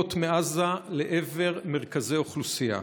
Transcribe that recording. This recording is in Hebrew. המשוגרות מעזה לעבר מרכזי אוכלוסייה.